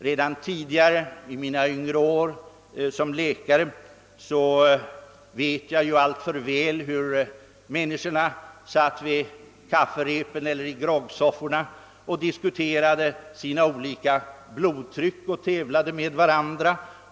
Redan från mina tidigare år som läkare vet jag alltför väl hur människorna kunde sitta på kafferepen eller i groggsofforna och disku tera sina olika blodtryck varvid man tävlade med varandra.